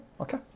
Okay